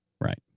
Right